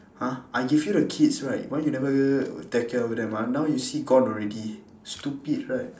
!huh! I give you the keys right why you never take care of them ah now you see gone already stupid right